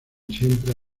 siempre